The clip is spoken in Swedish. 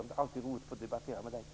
Det är alltid roligt att debattera med honom.